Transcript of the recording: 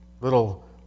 little